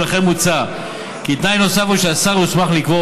ולכן מוצע כי תנאי נוסף הוא שהשר יוסמך לקבוע